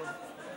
עד לא מזמן